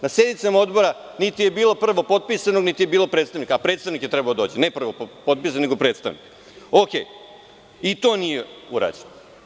Na sednicama odbora, niti je bilo prvog potpisanog, niti je bilo predstavnika, a predstavnik je trebao da dođe, ne prvo potpisani, nego predstavnik, ok i to nije urađeno.